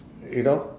you know